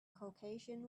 caucasian